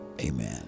Amen